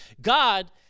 God